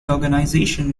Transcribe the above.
organization